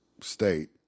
state